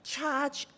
charge